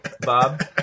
Bob